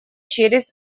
через